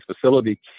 facility